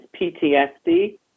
PTSD